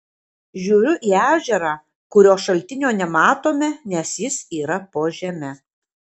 žiūriu į ežerą kurio šaltinio nematome nes jis yra po žeme